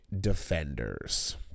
Defenders